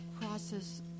crosses